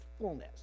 fullness